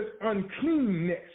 uncleanness